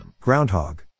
Groundhog